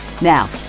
Now